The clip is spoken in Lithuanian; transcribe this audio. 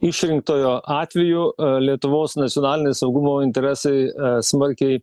išrinktojo atveju lietuvos nacionaliniai saugumo interesai smarkiai